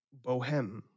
bohem